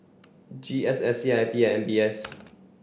G S S C I P and M B S